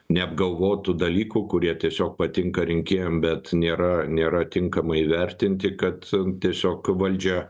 neapgalvotų dalykų kurie tiesiog patinka rinkėjam bet nėra nėra tinkamai įvertinti kad tiesiog valdžia